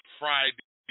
friday